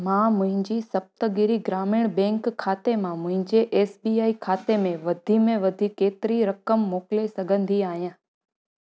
मां मुंहिंजी सप्तगिरी ग्रामीण बैंक खाते मां मुंहिंजे एस बी आई खाते में वधि में वधि केतिरी रक़म मोकिले सघंदी आहियां